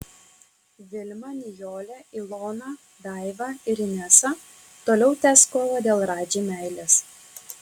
vilma nijolė ilona daiva ir inesa toliau tęs kovą dėl radži meilės